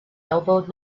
elbowed